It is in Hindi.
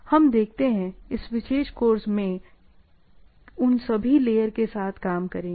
हम देखते हैं कि इस विशेष कोर्स में उन सभी लेयर के साथ काम करेंगे